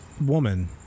woman